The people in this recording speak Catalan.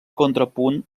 contrapunt